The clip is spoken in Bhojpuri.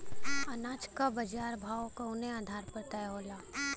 अनाज क बाजार भाव कवने आधार पर तय होला?